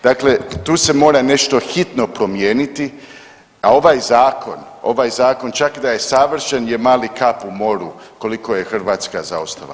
Dakle, tu se mora nešto hitno promijeniti, a ovaj zakon, ovaj zakon čak i da je savršen je mali kap u moru koliko je Hrvatska zaostala.